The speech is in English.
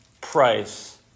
price